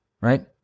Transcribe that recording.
Right